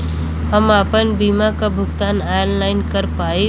हम आपन बीमा क भुगतान ऑनलाइन कर पाईब?